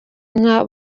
nka